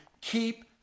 keep